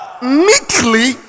meekly